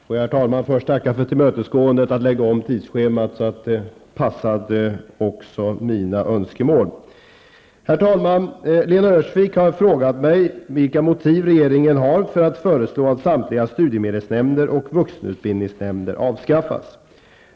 Herr talman! Låt mig först tacka för tillmötesgåendet att lägga om tidsschemat så att det passar också mina önskemål. Lena Öhrsvik har frågat mig vilka motiv regeringen har för att föreslå att samtliga studiemedelsnämnder och vuxenutbildningsnämnder avskaffas.